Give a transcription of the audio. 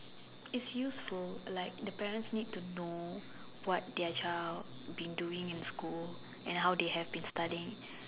its useful like the parents need to know what their child been doing in school and how they have been studying